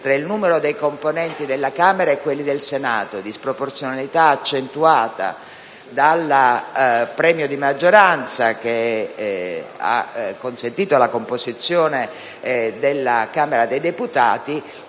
tra il numero dei componenti della Camera e quelli del Senato, disproporzionalità accentuata dal premio di maggioranza, che ha consentito la composizione della Camera dei deputati.